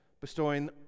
bestowing